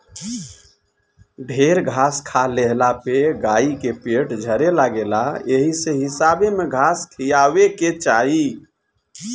ढेर घास खा लेहला पे गाई के पेट झरे लागेला एही से हिसाबे में घास खियावे के चाही